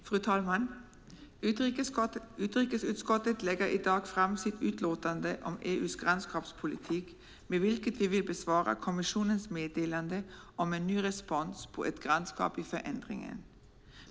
Fru talman! Utrikesutskottet lägger i dag fram sitt utlåtande om EU:s grannskapspolitik, med vilket vi vill besvara kommissionens meddelande Ny respons på ett grannskap i förändring .